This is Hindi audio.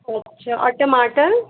अच्छा और टमाटर